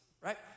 right